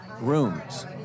rooms